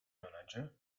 manager